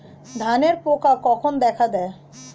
ধানের পোকা কখন দেখা দেয়?